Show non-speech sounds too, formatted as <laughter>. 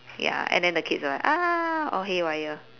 ya and then the kids will like <noise> all haywire